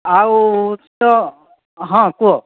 ଆଉ ତ ହଁ କୁହ